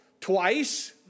twice